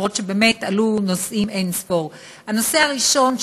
שבאמת עלו נושאים אין-ספור: הנושא הראשון,